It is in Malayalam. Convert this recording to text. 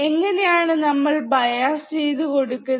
എങ്ങനെയാണ് നമ്മൾ ബയാസ് ചെയ്തു കൊടുക്കുന്നത്